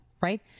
right